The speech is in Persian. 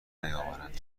نیاوردند